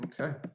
Okay